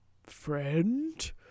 friend